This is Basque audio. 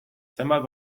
zenbat